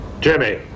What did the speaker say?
Jimmy